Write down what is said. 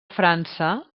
frança